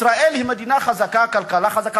ישראל היא מדינה חזקה, כלכלה חזקה.